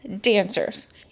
dancers